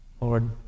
Lord